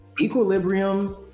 equilibrium